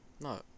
No